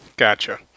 Gotcha